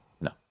No